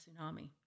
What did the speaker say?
tsunami